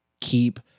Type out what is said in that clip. keep